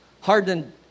Hardened